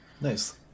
Nice